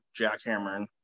jackhammering